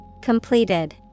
completed